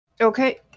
Okay